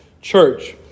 church